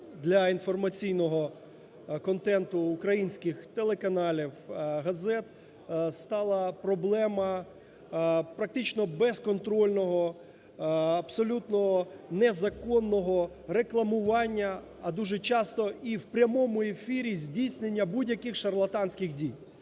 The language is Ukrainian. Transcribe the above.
для інформаційного контенту українських телеканалів, газет стала проблема, практично, безконтрольного, абсолютно незаконного рекламування, а дуже часто і в прямому ефірі здійснення будь-яких шарлатанський дій.